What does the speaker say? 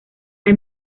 hay